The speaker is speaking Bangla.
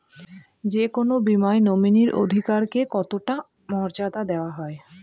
যে কোনো বীমায় নমিনীর অধিকার কে কতটা মর্যাদা দেওয়া হয়?